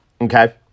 okay